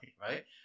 right